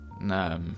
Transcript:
no